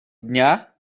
dnia